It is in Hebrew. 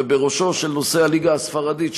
ובראשו נושא הליגה הספרדית,